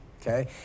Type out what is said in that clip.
Okay